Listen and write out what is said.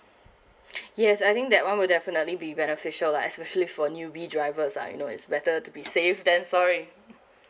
yes I think that one will definitely be beneficial lah especially for newbie drivers ah you know it's better to be safe than sorry